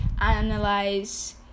analyze